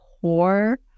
core